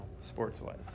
sports-wise